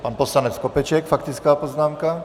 Pan poslanec Skopeček, faktická poznámka.